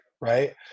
right